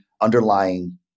underlying